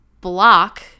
block